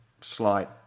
slight